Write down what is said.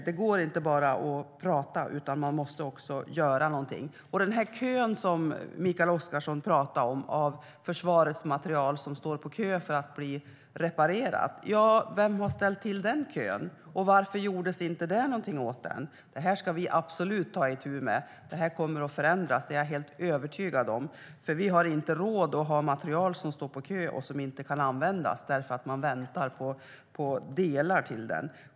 Det går inte att bara prata, utan vi måste också göra någonting. Mikael Oscarsson pratade om kön med försvarets materiel som väntar på att bli reparerad. Ja, vem har ställt till den kön, och varför har det inte gjorts någonting åt den? Vi ska absolut ta itu med den. Det kommer att bli ändring - det är jag helt övertygad om - för vi har inte råd att ha materiel som står på kö och inte kan användas för att man väntar på delar.